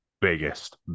biggest